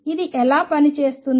ఇది ఎలా పని చేస్తుంది